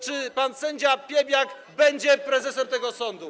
Czy pan sędzia Piebiak będzie prezesem tego sądu?